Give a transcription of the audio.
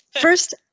First